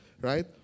right